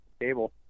cable